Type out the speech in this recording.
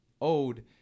Ode